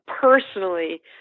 personally